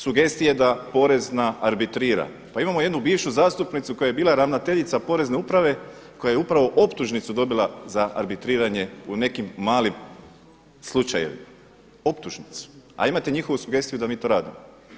Sugestija da porez ne arbitrira, pa imamo jednu bivšu zastupnicu koja je bila ravnateljica Porezne uprave koja je upravo optužnicu dobila za arbitriranje u nekim malim slučajevima, optužnicu a imate njihovu sugestiju da mi to radimo.